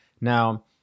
now